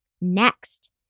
Next